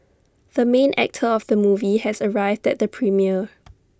the main actor of the movie has arrived at the premiere